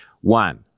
One